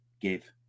give